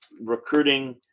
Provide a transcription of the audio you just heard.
recruiting